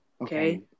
Okay